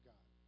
God